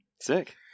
Sick